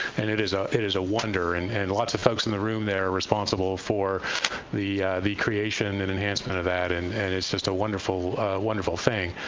and it is ah it is a wonder, and and lots of folks in the room there are responsible for the the creation and enhancement of that and and it's just a wonderful wonderful thing.